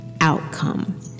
outcome